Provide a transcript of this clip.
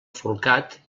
forcat